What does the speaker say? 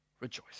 Rejoice